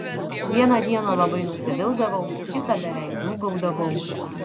vieną dieną labai nusivildavau kitą beveik džiūgaudavau